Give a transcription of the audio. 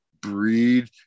breed